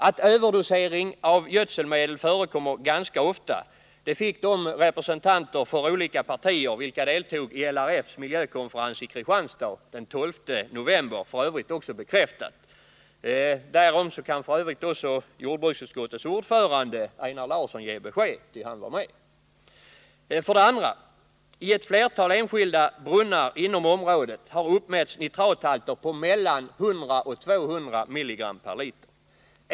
Att överdosering av gödselmedel förekommer ganska ofta fick de representanter från olika partier vilka deltog i LRF:s miljökonferens i Kristianstad den 12 november f. ö. också bekräftat. Därom kan bl.a. Einar Larsson, jordbruksutskottets ordförande, ge besked, ty han var med. 2. I ett flertal enskilda brunnar inom området har uppmätts nitrathalter på mellan 100 och 200 mg per liter.